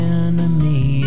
enemy